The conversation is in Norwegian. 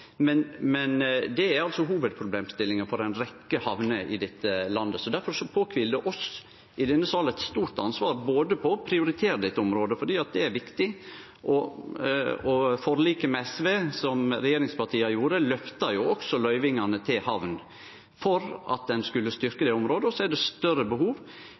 men det er altså hovudproblemstillinga for ei rekkje hamner i dette landet. Difor kviler det eit stort ansvar på oss i denne sal for å prioritere dette området, fordi det er viktig. Forliket med SV som regjeringspartia gjorde, løfta også løyvingane til hamner, for at ein skulle styrkje det området. Så er det større behov,